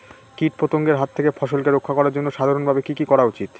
কীটপতঙ্গের হাত থেকে ফসলকে রক্ষা করার জন্য সাধারণভাবে কি কি করা উচিৎ?